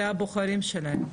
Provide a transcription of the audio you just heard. זה הבוחרים שלהם,